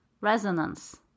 resonance